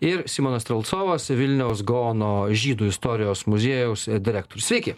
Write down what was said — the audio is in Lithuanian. ir simonas strelcovas vilniaus gaono žydų istorijos muziejaus direktorius sveiki